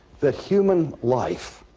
that human life